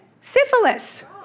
syphilis